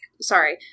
sorry